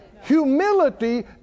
Humility